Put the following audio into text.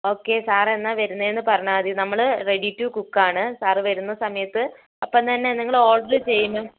okay സാറെന്നാൽ വരുന്നതെന്നു പറഞ്ഞാൽ മതി നമ്മൾ റെഡി ടു കുക്ക് ആണ് സർ വരുന്ന സമയത്തു അപ്പം തന്നെ നിങ്ങൾ ഓർഡർ ചെയ്യുന്നത്